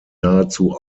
nahezu